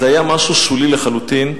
זה היה משהו שולי לחלוטין.